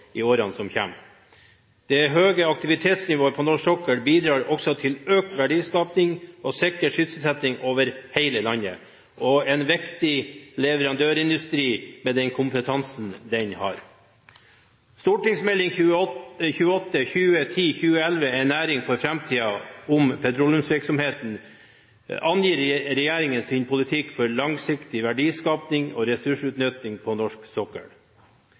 i årene som kommer. Det høye aktivitetsnivået på norsk sokkel bidrar også til økt verdiskaping og sikrer sysselsetting over hele landet og en viktig leverandørindustri, med den kompetansen den har. Meld. St. 28 for 2010–2011, En næring for framtida – om petroleumsvirksomheten, angir regjeringens politikk for langsiktig verdiskaping og ressursutnyttelse på norsk sokkel.